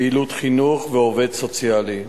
פעילות חינוך ועובד סוציאלי.